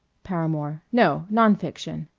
paramore no. non-fiction.